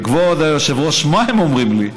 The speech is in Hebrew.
וכבוד היושב-ראש, מה הם אומרים לי?